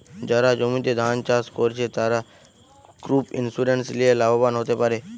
যারা জমিতে ধান চাষ কোরছে, তারা ক্রপ ইন্সুরেন্স লিয়ে লাভবান হোতে পারে